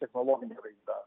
technologinė raida